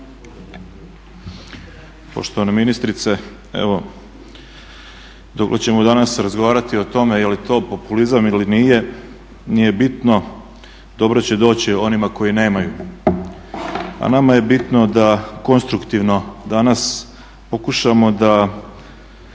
Poštovana ministrice, evo dugo ćemo danas razgovarati o tome je li to populizam ili nije, nije bitno. Dobro će doći onima koji nemaju. A nama je bitno da konstruktivno danas pokušamo da